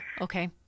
Okay